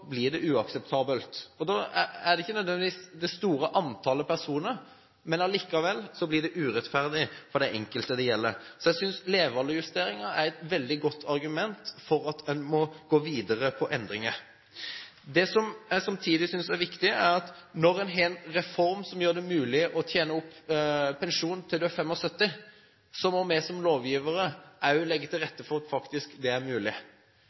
blir dette uakseptabelt. Det er ikke nødvendigvis det store antallet personer. Likevel blir det urettferdig for den enkelte dette gjelder, så jeg synes levealdersjusteringen er et veldig godt argument for at en må gå videre med endringer. Det som jeg samtidig synes er viktig, er at når en har en reform som gjør det mulig å tjene opp pensjon til en er 75, må vi som lovgivere også legge til rette for at det faktisk er mulig.